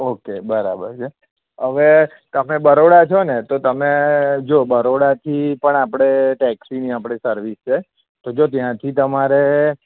okay બરાબર છે હવે તમે બરોડા છો ને તો તમે જો બરોડાથી પણ આપણે ટેક્સીની આપણી સર્વિસ છે તો જો ત્યાંથી તમારે